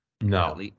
No